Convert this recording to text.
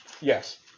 Yes